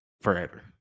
forever